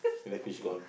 and the fish gone